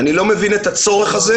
אני לא מבין את הצורך הזה,